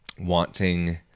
wanting